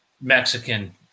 Mexican